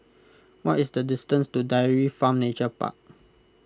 what is the distance to Dairy Farm Nature Park